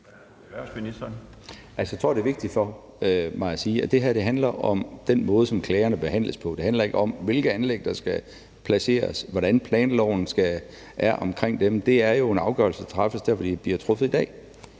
Jeg tror, det er vigtigt for mig at sige, at det her handler om den måde, som klagerne behandles på; det handler ikke om, hvilke anlæg der skal placeres, og hvordan planloven er omkring dem. Det er jo en afgørelse, der træffes der, hvor de bliver truffet i dag.